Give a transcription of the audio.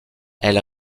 elle